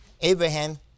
Abraham